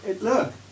Look